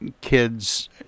kids